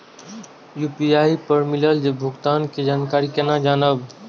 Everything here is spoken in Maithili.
यू.पी.आई पर मिलल भुगतान के जानकारी केना जानब?